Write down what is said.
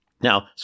Now